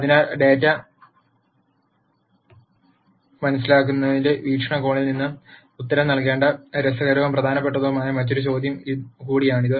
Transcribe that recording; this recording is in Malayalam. അതിനാൽ ഡാറ്റ മനസിലാക്കുന്നതിന്റെ വീക്ഷണകോണിൽ നിന്ന് ഉത്തരം നൽകേണ്ട രസകരവും പ്രധാനപ്പെട്ടതുമായ മറ്റൊരു ചോദ്യം കൂടിയാണിത്